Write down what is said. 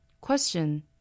Question